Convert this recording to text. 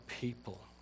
people